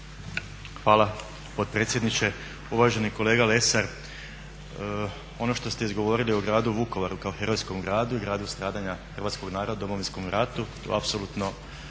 Hvala potpredsjedniče. Uvaženi kolega Lesar ono što ste izgovorili o gradu Vukovaru kao herojskom gradu i gradu stradanja hrvatskog naroda u Domovinskom ratu to apsolutno